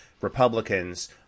Republicans